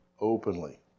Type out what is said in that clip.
openly